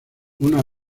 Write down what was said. una